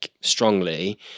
strongly